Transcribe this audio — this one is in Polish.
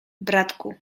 bratku